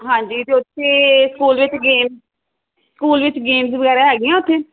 ਹਾਂਜੀ ਅਤੇ ਉੱਥੇ ਸਕੂਲ ਵਿੱਚ ਗੇਮ ਸਕੂਲ ਵਿੱਚ ਗੇਮਸ ਵਗੈਰਾ ਹੈਗੀਆਂ ਉੱਥੇ